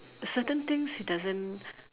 certain things he doesn't